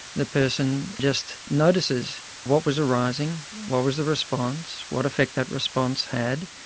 the person just notices what was arising, what was the response, what effect that response had,